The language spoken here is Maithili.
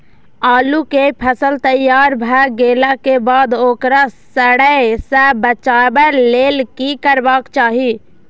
आलू केय फसल तैयार भ गेला के बाद ओकरा सड़य सं बचावय लेल की करबाक चाहि?